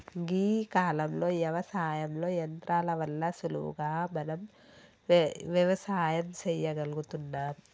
గీ కాలంలో యవసాయంలో యంత్రాల వల్ల సులువుగా మనం వ్యవసాయం సెయ్యగలుగుతున్నం